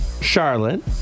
Charlotte